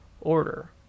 order